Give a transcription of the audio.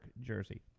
jersey